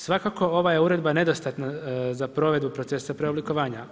Svakako ova je uredba nedostatna za provedbu procesa preoblikovanja.